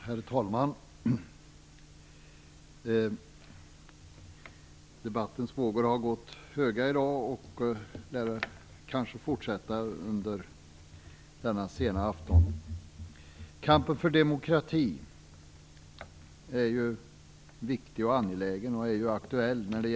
Herr talman! Debattens vågor har gått höga i dag och fortsätter kanske att göra det denna sena afton. Kampen för demokrati är viktig och angelägen. Den är aktuell i EU-samarbetet.